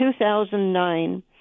2009